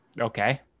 Okay